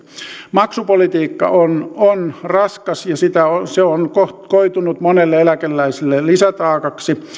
maksupolitiikka on on raskas ja se on koitunut monelle eläkeläiselle lisätaakaksi